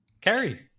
Carrie